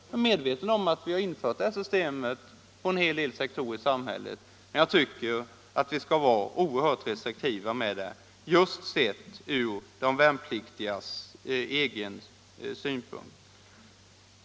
Jag är medveten om att vi har infört detta system på en hel del sektorer i samhället, men jag tycker att vi skall vara oerhört restriktiva med det just från de värnpliktigas egen synpunkt.